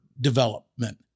development